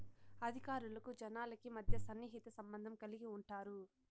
అధికారులకు జనాలకి మధ్య సన్నిహిత సంబంధం కలిగి ఉంటారు